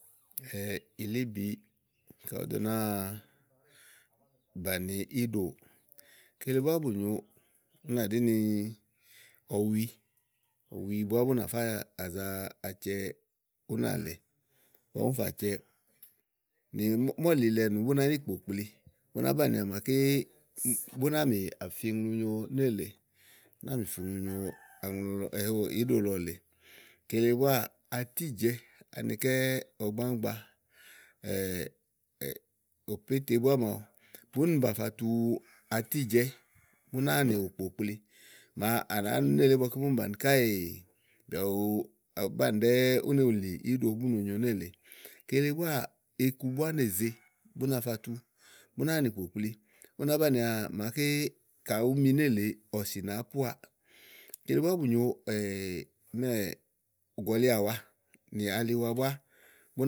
ilíbi kayi ùú do náa bàni íɖò, kele búá bù nyo ú nà ɖí ni ɔwi, ɔwi bú á bú nàfá zàa cɛ́ únàlèe. ígbɔ úni fã cɛ nì mɔ́ɔ̀lilɛ ènù bú nàá yi kpòkpli bú nàá banìià màaké bú nàáa mí à fi iŋlu nyo nélèe bú náa mì fi ŋlunyo aŋlu lɔ, íɖo lɔ lèe. kele búáá atijɛ̀ɛ́ ani kɛ́ ɔgbáŋgba òpéte búá màawu. búnì bàa fa tu atíjɛ̀ɛ́ bú náa nò kpòkpli màa à nàáa nu nélèe ígbɔké búni bàni káèè bìà bùú banìi ɖɛ́ɛ́ úni wùlí íɖo bú no nyo nélèe. kele búáà iku búá nèze búna fa tu bú náa nì kpokplí bú náa bànià màaké kayi ùú mi nélèe ɔ̀sì nàáá póà kele búá bù nyo ùgɔ̀liàwa ni aliwa búá bú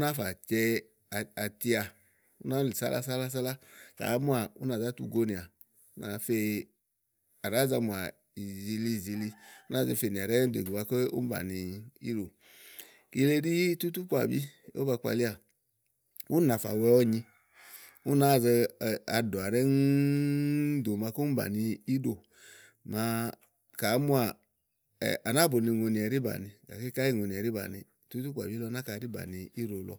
náa fà cɛ àtià ú nàá wulì sálá sálá sálá ka àá muà ú nà zá tu gonìà ú nà zá fe à nàáa zamùà ú zé fe ìziili ìziìli, ú náa ze fè ɖɛ́ɛ́ fò dò ìgbè màaké úni bàni íɖò kile ɖí tútúkpàbí ówó ba kpalíà úni nàa fa wɛ ɔ̀nyi ú náa zeaɖɔ̀à ɖɛ́ŋúú dò màaké úni bàni íɖò màa a ka àá mùà à nàáa bùni ùŋonì ɛɖí bàni gàké káyi ùŋonì ɛɖí banìi tútúkpàbi lɔ náka ɛɖí bàni íɖo lɔ.